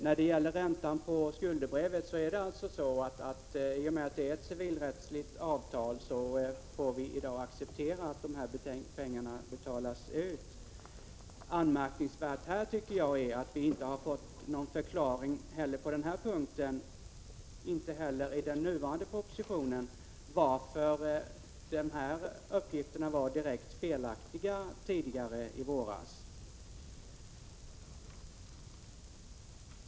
Vad beträffar räntan på skuldebrevet får vi, i och med att det är ett civilrättsligt avtal, i dag acceptera att pengarna betalas ut. Anmärkningsvärt är här, tycker jag, att vi inte heller i den nu aktuella propositionen har fått någon förklaring till att uppgifterna var direkt felaktiga i våras.